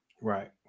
Right